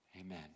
Amen